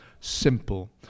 simple